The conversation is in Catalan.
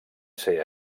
ser